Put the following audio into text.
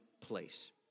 place